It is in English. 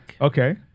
Okay